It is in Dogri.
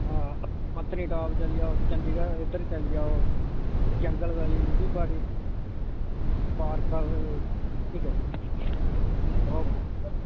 अच्छा ठीक ऐ ठीक ऐ ठीक ऐ भैया बहुत बहुत शुक्रिया